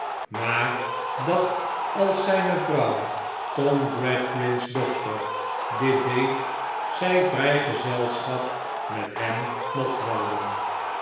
maar dat als zijne vrouw tom gradgrind's dochter dit deed zij vrij gezelschap met hem mocht houden